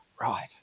right